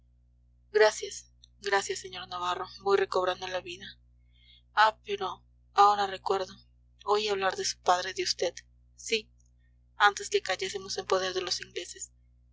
gracias gracias sr navarro voy recobrando la vida ah pero ahora recuerdo oí hablar de su padre de vd sí antes que cayésemos en poder de los ingleses